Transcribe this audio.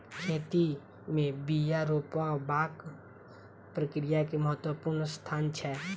खेती में बिया रोपबाक प्रक्रिया के महत्वपूर्ण स्थान छै